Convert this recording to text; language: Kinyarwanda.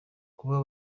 kuba